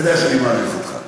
אתה יודע שאני מעריך אותך,